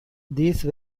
these